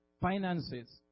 finances